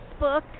Facebook